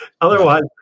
Otherwise